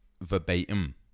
verbatim